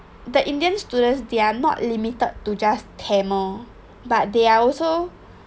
the indian students they are not limited to just tamil but they are also